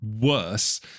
worse